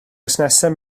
busnesau